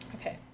Okay